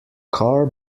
car